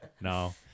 No